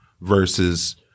versus